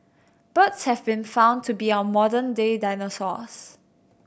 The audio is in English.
birds have been found to be our modern day dinosaurs